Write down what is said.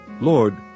Lord